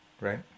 right